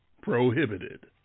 prohibited